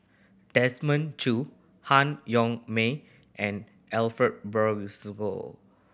Desmond Choo Han Yong May and Ariff Bongso